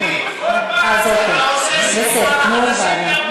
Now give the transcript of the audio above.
כל פעם אתה עושה סיבוב על החדשים,